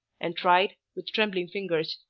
and tried, with trembling fingers,